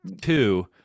two